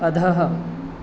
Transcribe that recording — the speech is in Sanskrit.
अधः